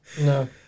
No